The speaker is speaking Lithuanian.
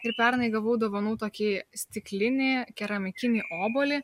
ir pernai gavau dovanų tokį stiklinį keramikinį obuolį